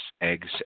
eggs